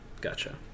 Gotcha